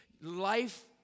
life